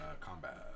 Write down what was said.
combat